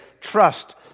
trust